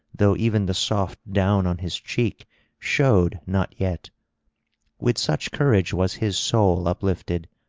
though even the soft down on his cheek showed not yet with such courage was his soul uplifted.